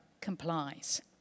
complies